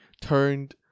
turned